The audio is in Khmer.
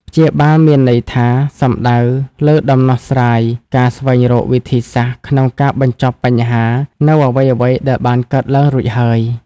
ព្យាបាលមានន័យថា សំដៅលើដំណោះស្រាយ ការស្វែងរកវិធីសាស្ត្រក្នុងការបញ្ចប់បញ្ហានូវអ្វីៗដែលបានកើតឡើងរួចហើយ។